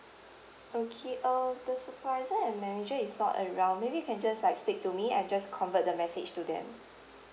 okay uh the supervisor and manager is not around maybe you can just like speak to me I just convert the message to them